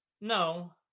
No